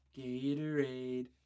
Gatorade